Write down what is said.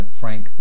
frank